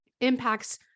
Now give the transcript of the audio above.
impacts